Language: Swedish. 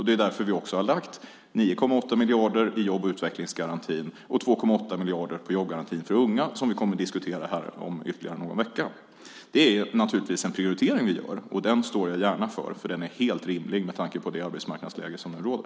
Det är därför vi också har lagt 9,8 miljarder i jobb och utvecklingsgarantin och 2,8 miljarder på jobbgarantin för unga, som vi kommer att diskutera om ytterligare någon vecka. Det är naturligtvis en prioritering som vi gör, och den står jag gärna för, för den är helt rimlig med tanke på det arbetsmarknadsläge som nu råder.